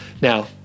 Now